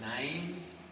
names